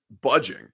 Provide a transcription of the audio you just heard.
budging